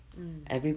mm